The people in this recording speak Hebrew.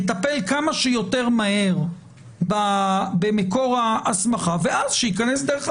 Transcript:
מטפל כמה שיותר מהר במקור ההסמכה ואז שייכנס דרך המלך.